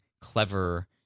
clever